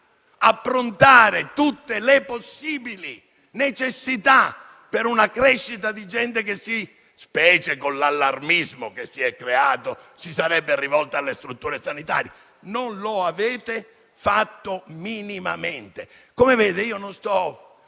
approntare tutte le possibili necessità per la gente che - specie con l'allarmismo sanitario che si è creato - si sarebbe rivolta alle strutture sanitarie? Non lo avete fatto minimamente. Come vede non sto